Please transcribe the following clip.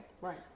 Right